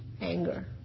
anger